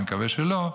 אני מקווה שלא,